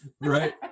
Right